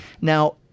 Now